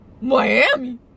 Miami